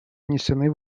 внесены